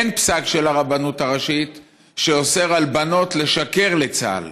אין פסק של הרבנות הראשית שאומר שעל בנות לשקר לצה"ל.